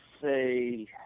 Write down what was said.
say